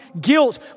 guilt